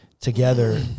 together